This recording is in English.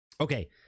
okay